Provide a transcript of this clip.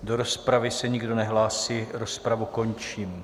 Do rozpravy se nikdo nehlásí, rozpravu končím.